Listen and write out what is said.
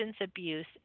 Abuse